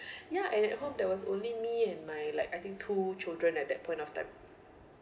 ya at home there was only me and my like I think two children at that point of time